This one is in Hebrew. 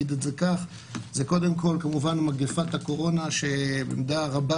זה קודם כל כמובן מגפת הקורונה שבמידה רבה